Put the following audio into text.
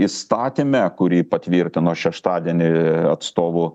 įstatyme kurį patvirtino šeštadienį atstovų